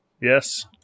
Yes